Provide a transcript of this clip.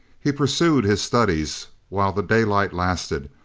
he pursued his studies while the daylight lasted,